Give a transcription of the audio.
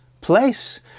place